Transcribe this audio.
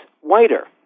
whiter